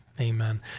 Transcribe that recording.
Amen